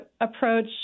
approach